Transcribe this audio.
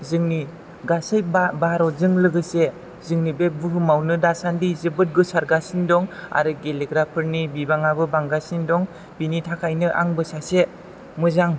जोंनि गासै भारतजों लोगोसे जोंनि बे बुहुमावनो दासानदि जोबोद गोसारगासिनो दं आरो गेलेग्राफोरनि बिबाङाबो बांगासिनो दं बेनि थाखायनो आंबो सासे मोजां